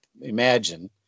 imagine